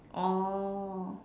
oh